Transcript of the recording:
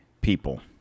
people